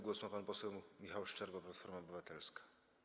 Głos ma pan poseł Michał Szczerba, Platforma Obywatelska.